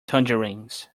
tangerines